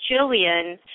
Jillian